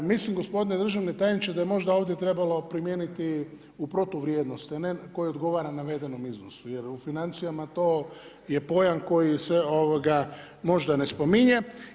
Mislim gospodine državni tajniče da je možda ovdje trebalo primijeniti u protuvrijednosti a ne koji odgovara navedenom iznosu jer u financijama to je pojam koji se možda ne spominje.